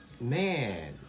man